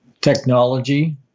technology